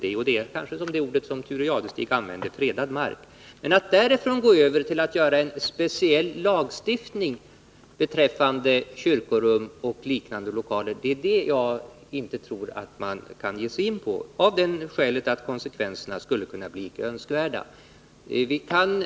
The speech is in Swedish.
Det är, som Thure Jadestig sade, fråga om fredad mark. Men att göra en speciallagstiftning för kyrkorum och liknande lokaler tror jag inte är något som man kan ge sig in på av det skälet att konsekvenserna skulle kunna bli icke önskvärda.